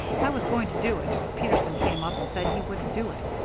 i was going to do it, but peterson came up and said he wouldn't do it,